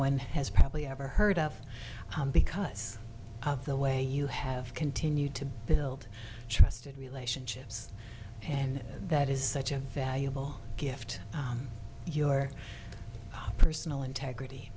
one has probably ever heard of because of the way you have continued to build trust and relationships and that is such a valuable gift your personal integrity